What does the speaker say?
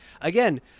again